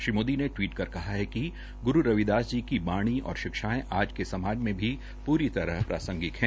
श्री मोदी ने टवीट कर कहा है कि ग्रू रविदास जी की बाणी और शिक्षायें आज के समाज में भी पूरी तरह प्रासंगिक है